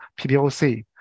PBOC